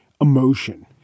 emotion